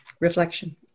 Reflection